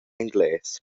engles